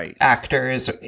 actors